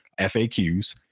FAQs